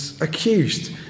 accused